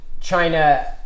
China